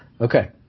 okay